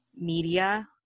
media